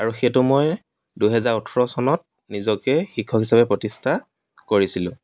আৰু সেইটো মই দুহেজাৰ ওঠৰ চনত নিজকে শিক্ষক হিচাপে প্ৰতিষ্ঠা কৰিছিলোঁ